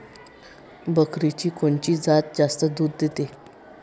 बकरीची कोनची जात जास्त दूध देते?